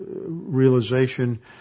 realization